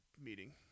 meeting